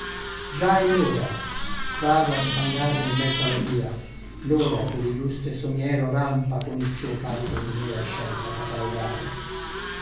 già è l'ora vado a infangarmi in mezzo alla via l'ora che l'illustre somiero rampa con il suo carico di nera scienza catalogale